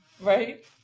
Right